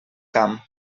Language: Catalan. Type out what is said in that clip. camp